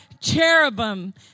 cherubim